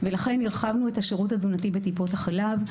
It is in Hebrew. הרחבנו את השירות התזונתי בטיפות החלב;